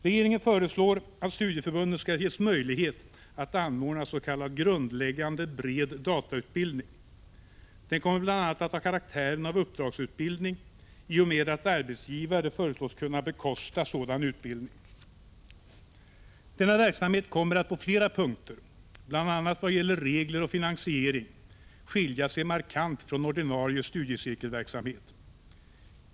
Regeringen föreslår att studieförbunden skall ges möjlighet att anordna s.k. grundläggande bred datautbildning. Den kommer bl.a. att ha karaktären av uppdragsutbildning i och med att arbetsgivare föreslås kunna bekosta sådan utbildning. Denna verksamhet kommer att på flera punkter — bl.a. vad gäller regler och finansiering — skilja sig markant från ordinarie studiecirkelverksamhet.